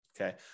okay